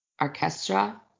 Orchestra